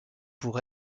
pour